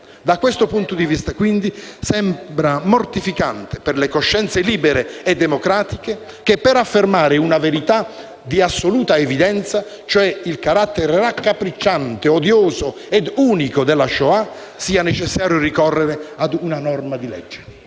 Da questo punto di vista, sembra mortificante per le coscienze libere e democratiche che, per affermare una verità di assoluta evidenza, cioè il carattere raccapricciante, odioso e unico della Shoah, sia necessario ricorrere a una norma di legge.